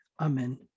Amen